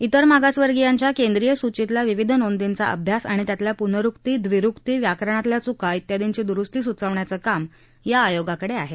त्तर मागासवर्गियांच्या केंद्रीय सूचीतल्या विविध नोंदीचा अभ्यास आणि त्यातल्या पुनरुक्ती विरुक्ती व्याकरणातल्या चुका त्यादींची दुरुस्ती सुचवण्याचं काम या आयोगाकडे आहे